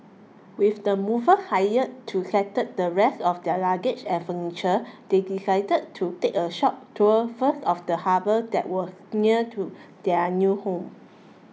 with the movers hired to settle the rest of their luggage and furniture they decided to take a short tour first of the harbour that was near to their new home